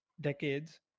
decades